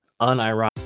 unironic